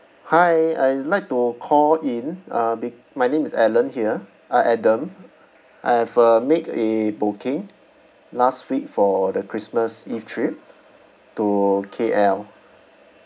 hi I like to call in uh be~ my name is alan here uh adam I've uh make a booking last week for the christmas eve trip to K_L